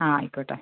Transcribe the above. ആ ആയിക്കോട്ടെ